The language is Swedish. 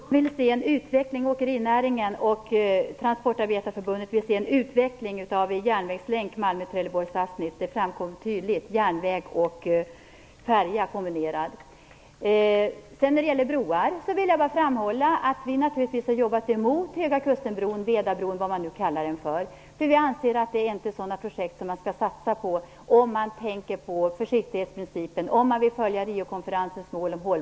Herr talman! Det framkom tydligt att åkerinäringen och Transportarbetareförbundet vill se en utveckling av en järnvägslink Malmö-Trelleborg När det sedan gäller broar vill jag bara framhålla att vi naturligtvis har arbetat emot Vedabron eller Höga kusten-bron. Vi anser att det inte är sådana projekt som man skall satsa på, om man skall följa försiktighetsprincipen och vill ansluta till